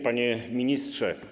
Panie Ministrze!